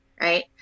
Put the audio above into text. right